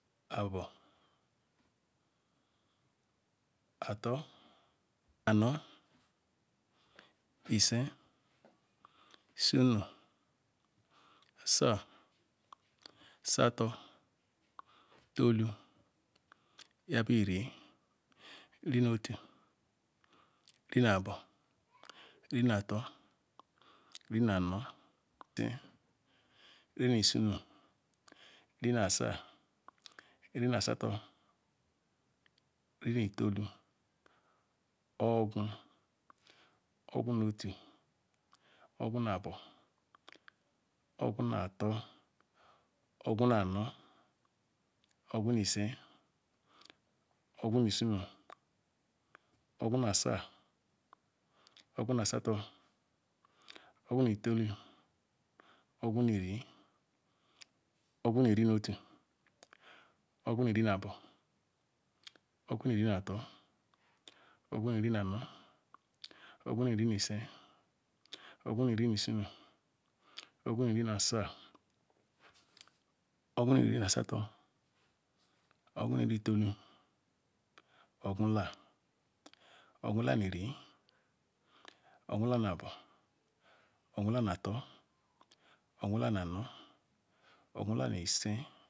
Abor, Ator, Anor, Ise, Isuru Asah, Asa-ato ito-olu, nyabu-iri, iri-nu-otu, iri-na-abo iri-na-ato, iri-na-anor, iri-ni-asa, iri-na-asa-tor, iri-ni-ito-olu, ogu-nu-otu, ogu-na-abo, ogu- na-ato, ogu-na-ator ogu-na-anor, ogu-ni-ise, ogu-ni-iduru, ogu-ni-asa, ogu-na-asator, ogu-ni-Iri ogu-ni- notu, ogu-ni-iri-na-abo, ogu-ni- iri-nato, ogu-niri-na- anor, ogu- niri-ni-ise, ogu-niri-ni- isuru, ogu-niri-na-asah, ogu-niri-na-asator ogu-niri-ni-itolu, ogu-la, ogu-la-niri ogu-la-na-abor, ogu-la-nator, ogu-la-na-anor, ogu-la-ni-ise.